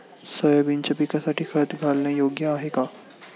सोयाबीनच्या पिकासाठी खत घालणे योग्य आहे का?